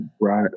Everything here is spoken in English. Right